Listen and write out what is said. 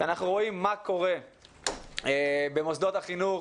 כשאנחנו רואים מה קורה במוסדות החינוך,